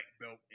belt